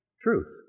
truth